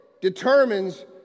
determines